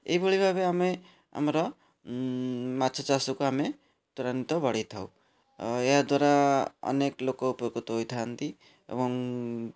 ଏହିଭଳି ଭାବେ ଆମେ ଆମର ମାଛ ଚାଷକୁ ଆମେ ତୁରନ୍ତ ବଢ଼େଇଥାଉ ଏହାଦ୍ଵାରା ଅନେକ ଲୋକ ଉପକୃତ ହୋଇଥାନ୍ତି ଏବଂ